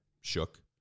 shook